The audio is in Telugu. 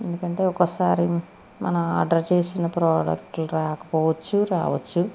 ఎందుకుంటే ఒక్కోసారి మనం ఆర్డర్ చేసిన ప్రోడక్టులు రాకపోవచ్చు రావచ్చు